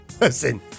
listen